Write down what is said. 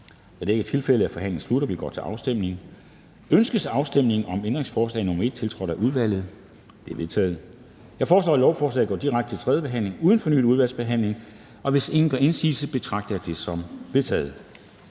eller imod stemte 0. Ændringsforslaget er forkastet. Ønskes afstemning om ændringsforslag nr. 2 og 3, tiltrådt af udvalget? De er vedtaget. Jeg foreslår, at lovforslaget går direkte til tredje behandling uden fornyet udvalgsbehandling. Hvis ingen gør indsigelse, betragter jeg det som vedtaget.